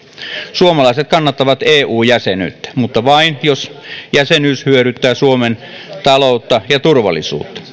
suomalaiset kannattavat eu jäsenyyttä mutta vain jos jäsenyys hyödyttää suomen taloutta ja turvallisuutta